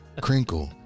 crinkle